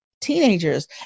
teenagers